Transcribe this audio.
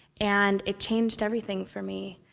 and it changed everything for me.